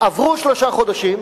עברו שלושה חודשים,